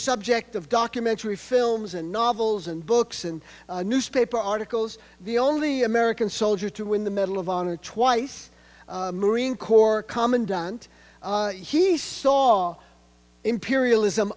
subject of documentary films and novels and books and newspaper articles the only american soldier to win the medal of honor twice marine corps commandant he saw imperialism